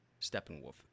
Steppenwolf